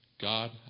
God